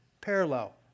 parallel